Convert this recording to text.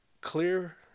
clear